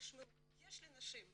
תשמעו, יש לי נשים,